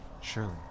Surely